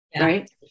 right